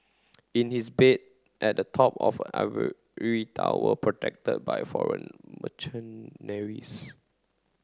in his bed at the top of an tower protected by foreign